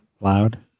loud